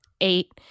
eight